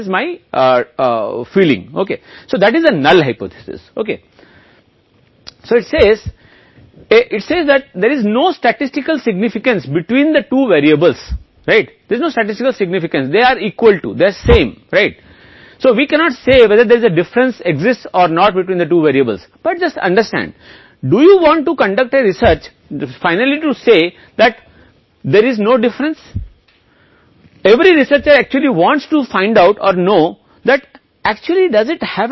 इसलिए यह नहीं कह सकते हैं कि दो भिन्नताओं के बीच कोई अंतर मौजूद है या नहीं समझें कि यह कहने के लिए एक शोध करना चाहते हैं कि कोई अंतर नहीं है शोधकर्ता वास्तव में यह पता लगाना चाहते हैं कि वास्तव में इसका कोई प्रभाव है या नहीं कि खाने के लिए मैं एक दवा ले रहा हूं इस दवा का असर होगा या नहीं अशक्त परिकल्पना होगी कि नहीं दवा का कोई असर नहीं होगा